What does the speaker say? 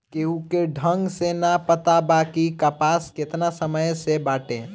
केहू के ढंग से ना पता बा कि कपास केतना समय से बाटे